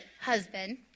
husband